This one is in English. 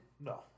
No